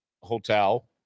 hotel